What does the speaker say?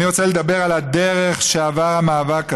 אני רוצה לדבר על הדרך שעבר המאבק הזה.